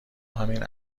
همین